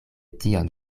tion